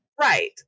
Right